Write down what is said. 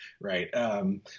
right